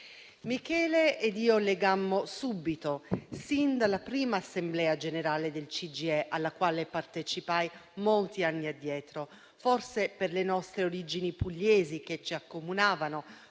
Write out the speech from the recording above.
Michele ed io legammo subito, sin dalla prima assemblea generale del CGIE alla quale partecipai, molti anni addietro: forse per le origini pugliesi che ci accomunavano,